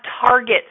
targets